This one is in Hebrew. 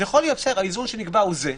האיזון שנקבע הוא זה.